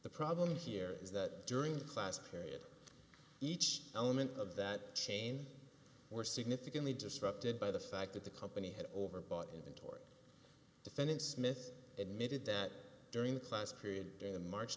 the problem here is that during the class period each element of that chain were significantly disrupted by the fact that the company had over bought inventory defendant smith admitted that during the class period in march